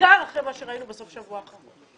בעיקר אחרי מה שראינו בסוף השבוע האחרון.